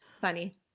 funny